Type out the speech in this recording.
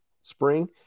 spring